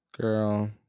Girl